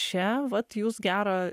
čia vat jūs gerą